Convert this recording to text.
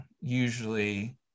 usually